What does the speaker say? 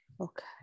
okay